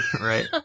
right